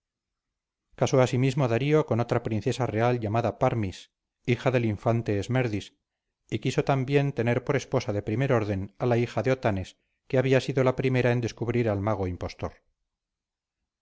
todavía casó asimismo darío con otra princesa real llamada parmis hija del infante esmerdis y quiso también tener por esposa de primer orden a la hija de otanes que había sido la primera en descubrir al mago impostor